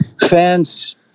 fans